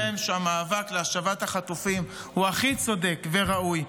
המסר שלי אליהן הוא שהמאבק להשבת החטופים הוא הכי צודק וראוי,